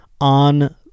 on